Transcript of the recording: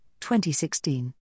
2016